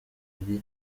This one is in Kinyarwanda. ali